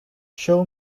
show